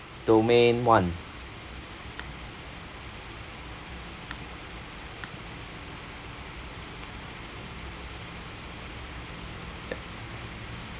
domain one